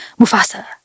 mufasa